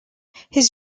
his